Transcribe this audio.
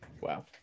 Wow